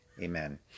Amen